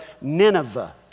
Nineveh